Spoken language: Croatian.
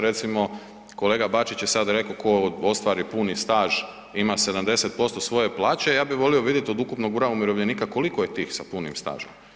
Recimo, kolega Bačić je sad rekao tko ostvari puni staž ima 70% svoje plaće, ja bi volio vidjeti od ukupnog broja umirovljenika, koliko je tih sa punim stažem.